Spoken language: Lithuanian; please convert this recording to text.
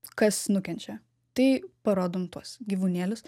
kas nukenčia tai parodom tuos gyvūnėlius